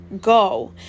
Go